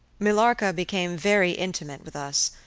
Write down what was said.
millarca became very intimate with us,